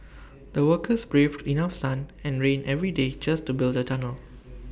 the workers braved enough sun and rain every day just to build the tunnel